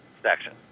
section